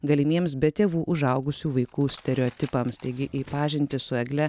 galimiems be tėvų užaugusių vaikų stereotipams taigi į pažintį su egle